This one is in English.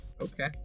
Okay